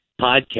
Podcast